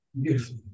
Beautiful